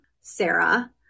Sarah